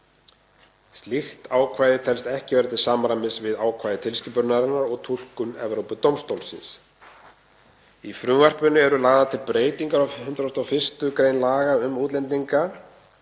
Slíkt ákvæði telst ekki vera til samræmis við ákvæði tilskipunarinnar og túlkun Evrópudómstólsins. Í frumvarpinu eru lagðar til breytingar á 101. gr. laga um útlendinga